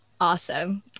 awesome